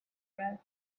arab